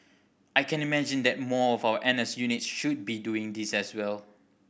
I can imagine that more of our N S units should be doing this as well